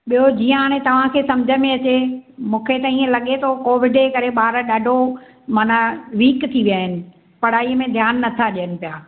ॿियो जीअं हाणे तव्हांखे सम्झ में अचे मूंखे त ईअं लॻे थो कोविड जे करे ॿार ॾाढो माना वीक थी विया आहिनि पढ़ाईअ में ध्यानु नथां ॾियनि पिया